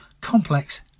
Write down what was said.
complex